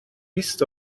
بیست